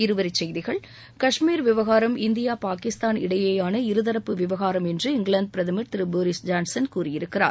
இருவரி செய்திகள் கஷ்மீர் விவகாரம் இந்தியா பாகிஸ்தான் இடையிவான இருதரப்பு விவகாரம் என்று பிரிட்டிஷ் பிரதமர் திரு போரிஸ் ஜான்சன் கூறியிருக்கிறார்